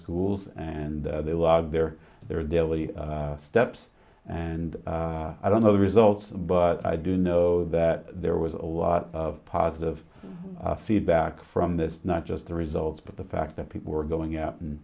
schools and they were out there their daily steps and i don't know the results but i do know that there was a lot of positive feedback from this not just the results but the fact that people were going up and